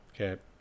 Okay